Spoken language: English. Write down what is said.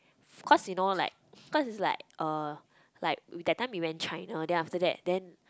cause you know like cause it's like uh like we that time we went China then after that then